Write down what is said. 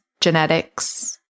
genetics